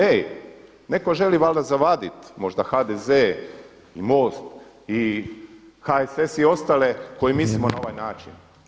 Ej, netko želi valjda zavaditi možda HDZ i MOST i HSS i ostale koji mislimo na ovaj način.